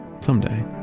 someday